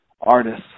artists